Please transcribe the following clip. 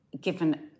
given